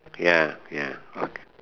ya ya okay